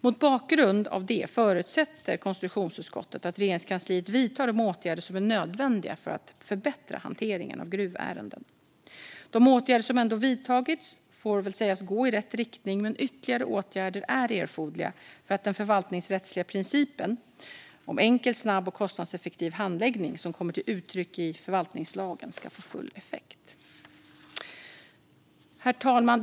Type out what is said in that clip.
Mot bakgrund av det förutsätter konstitutionsutskottet att Regeringskansliet vidtar de åtgärder som är nödvändiga för att förbättra hanteringen av gruvärenden. De åtgärder som ändå vidtagits får väl sägas gå i rätt riktning, men ytterligare åtgärder är erforderliga för att den förvaltningsrättsliga principen om enkel, snabb och kostnadseffektiv handläggning som kommer till uttryck i förvaltningslagen ska få full effekt. Herr talman!